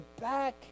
back